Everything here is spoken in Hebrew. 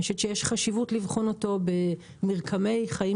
אני חושבת שיש חשיבות לבחון אותו במרקמי חיים